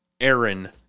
Aaron